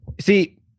see